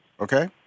Okay